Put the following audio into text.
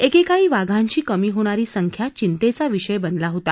एकेकाळी वाघांची कमी होणारी संख्या चिंतेचा विषय बनला होता